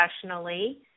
professionally